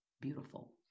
beautiful